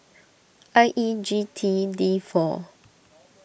I E G T D four